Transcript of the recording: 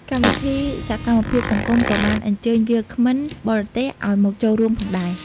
កម្មវិធីសកម្មភាពសង្គមក៏បានអញ្ជើញវាគ្មិនបរទេសឱ្យមកចូលរួមផងដែរ។